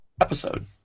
episode